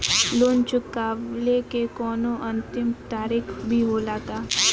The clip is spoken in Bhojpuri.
लोन चुकवले के कौनो अंतिम तारीख भी होला का?